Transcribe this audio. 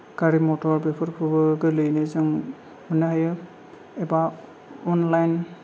गारि मथर बेफोरखौबो गोरलैयैनो जों मोन्नो हायो एबा अनालाइन